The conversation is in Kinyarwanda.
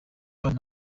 abana